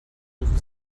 rufen